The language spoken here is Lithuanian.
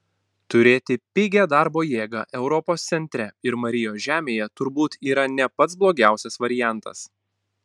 turėti pigią darbo jėgą europos centre ir marijos žemėje turbūt yra ne pats blogiausias variantas